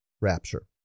rapture